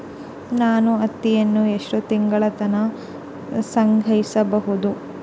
ನಾನು ಹತ್ತಿಯನ್ನ ಎಷ್ಟು ತಿಂಗಳತನ ಸಂಗ್ರಹಿಸಿಡಬಹುದು?